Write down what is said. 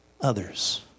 others